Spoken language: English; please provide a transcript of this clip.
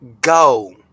go